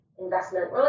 investment